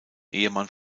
ehemann